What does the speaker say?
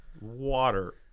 water